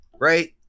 right